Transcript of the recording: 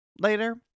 later